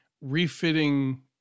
refitting